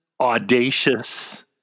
audacious